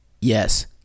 Yes